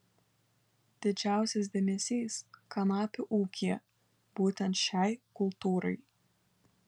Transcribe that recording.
didžiausias dėmesys kanapių ūkyje būtent šiai kultūrai